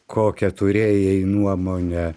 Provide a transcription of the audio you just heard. kokią turėjai nuomonę